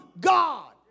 God